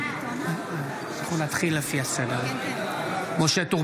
(קורא בשמות חברי הכנסת) משה טור